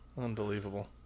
unbelievable